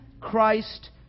Christ